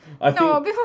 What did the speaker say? No